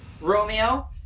Romeo